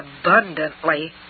abundantly